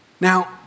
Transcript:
Now